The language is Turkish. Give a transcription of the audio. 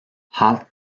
halk